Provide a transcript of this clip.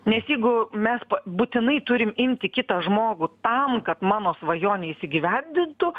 nes jeigu mes būtinai turim imti kitą žmogų tam kad mano svajonė įsigyvendintų